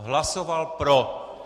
Hlasoval pro.